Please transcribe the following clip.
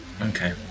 Okay